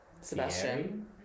Sebastian